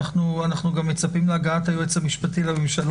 מה זה רמה 1 ורמה 2?